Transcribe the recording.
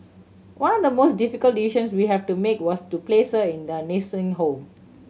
one of the most difficult decisions we had to make was to place her in a nursing home